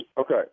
Okay